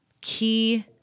key